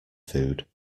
food